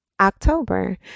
October